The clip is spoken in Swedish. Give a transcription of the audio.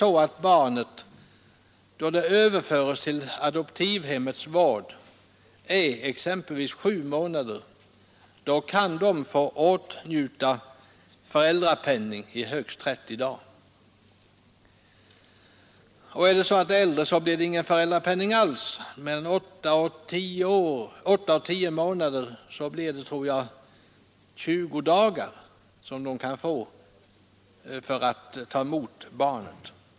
Om barnet, då det överförs till adoptivhemmets vård, är exempelvis sju månader kan adoptivföräldrarna få åtnjuta föräldrapenning i högst 30 dagar. Om det är äldre så blir det ingen föräldrapenning alls. Är barnet mellan åtta och tio månader blir det, tror jag, 20 dagar som de kan få föräldrapenning för att ta emot barnet.